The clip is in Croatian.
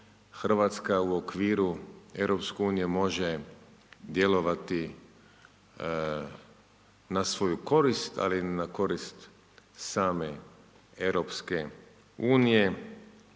Hrvatska u okviru Europske unije može djelovati na svoju korist, ali i na korist same Europske unije.